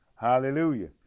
Hallelujah